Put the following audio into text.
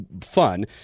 fun